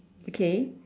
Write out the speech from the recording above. okay